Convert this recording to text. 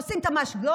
עושים מס גודש,